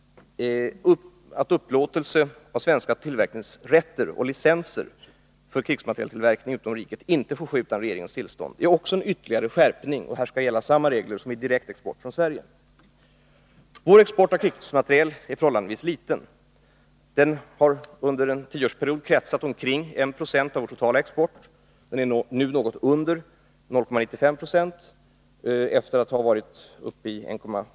Den nya lagens bestämmelser om att upplåtelse av svenska tillverkningsrätter och licenser för tillverkning av krigsmateriel utom riket inte får ske utan regeringens tillstånd innebär vidare en ytterligare skärpning av kontrollen över att svenska vapen inte hamnar i länder till vilka vi inte skulle lämna exporttillstånd. Vid prövning av licensärenden skall samma kriterier gälla som för export av i Sverige producerade krigsmateriel. Den svenska exporten av krigsmateriel är förhållandevis liten. Under en tioårsperiod har den utgjort omkring 1 96 av vår totala export. Från att ha legat på ett maximum med en andel av totalexporten på 1,59 96 år 1980 har den sjunkit och var för fjolåret åter under 1 96 .